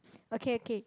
okay okay